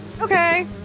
Okay